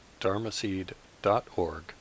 dharmaseed.org